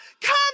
come